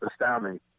astounding